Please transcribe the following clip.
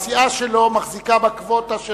הסיעה שלו מחזיקה בקווטה של